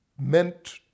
meant